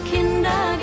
Kinder